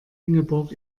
ingeborg